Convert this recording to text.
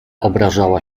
obrażała